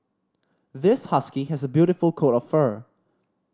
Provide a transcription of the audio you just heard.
this husky has a beautiful coat of fur